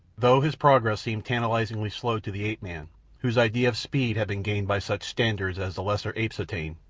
though his progress seemed tantalizingly slow to the ape-man whose idea of speed had been gained by such standards as the lesser apes attain,